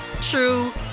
true